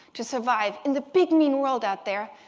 to survive in the big, mean world out there,